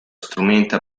strumento